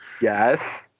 Yes